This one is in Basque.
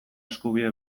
eskubide